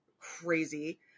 crazy